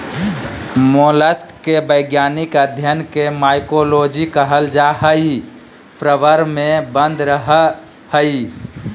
mollusc के वैज्ञानिक अध्यन के मालाकोलोजी कहल जा हई, प्रवर में बंद रहअ हई